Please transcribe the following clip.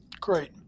Great